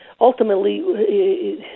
ultimately